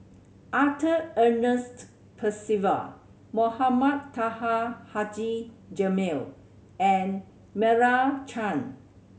Arthur Ernest Percival Mohamed Taha Haji Jamil and Meira Chand